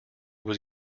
was